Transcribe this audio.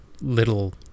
little